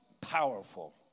powerful